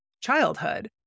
childhood